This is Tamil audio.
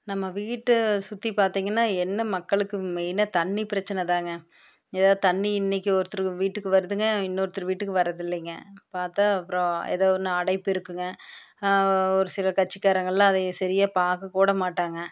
நம்ம வீட்டை சுற்றி பார்த்திங்கன்னா என்ன மக்களுக்கு மெயினாக தண்ணி பிரச்சனை தாங்க ஏதாவது தண்ணி இன்னைக்கு ஒருத்தருக்கு வீட்டுக்கு வருதுங்க இன்னொருத்தர் வீட்டுக்கு வர்றது இல்லைங்க பார்த்தா அப்புறம் ஏதோ ஒன்று அடைப்பு இருக்குங்க ஒரு சில கட்சிக்காரங்கெல்லாம் அதை சரியாக பார்க்கக்கூட மாட்டாங்க